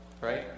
Right